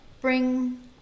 bring